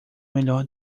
melhor